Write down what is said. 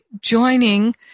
joining